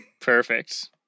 Perfect